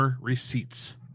receipts